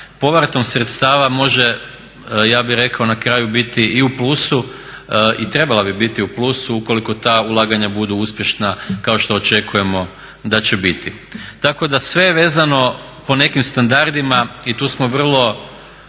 povratom sredstava može ja bih rekao na kraju biti i u plusu i trebala bi biti u plusu ukoliko ta ulaganja budu uspješna kao što očekujemo da će biti. Tako da sve je vezano po nekim standardima i tu smo vrlo